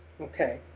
Okay